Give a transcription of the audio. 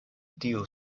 tiu